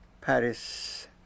Paris